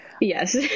Yes